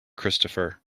christopher